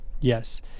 Yes